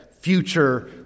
future